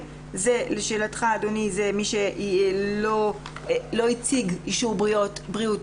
לשאלתך אדוני, זה מי שלא הציג אישור הצהרת בריאות